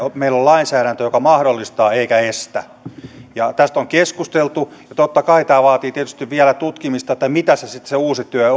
meillä on lainsäädäntö joka mahdollistaa eikä estä tästä on keskusteltu ja totta kai tämä vaatii tietysti vielä tutkimista mitä se uusi työ